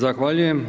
Zahvaljujem.